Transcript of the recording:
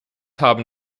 haben